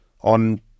on